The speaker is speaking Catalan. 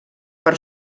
per